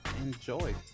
Enjoy